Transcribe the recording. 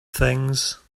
things